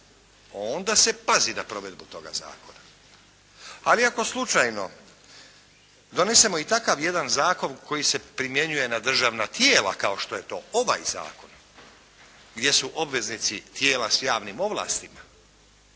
Onda se pazi na provedbu toga zakona. Ali ako slučajno donesemo i jedan takav zakon koji se primjenjuje na državna tijela kao što je to ovaj zakon gdje su obveznici tijela s javnim ovlastima,